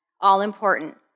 all-important